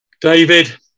David